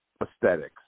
aesthetics